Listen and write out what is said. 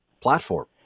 platform